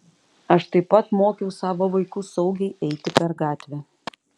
aš taip pat mokiau savo vaikus saugiai eiti per gatvę